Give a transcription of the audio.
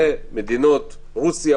מדובר במדינות כמו רוסיה,